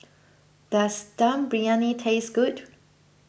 does Dum Briyani taste good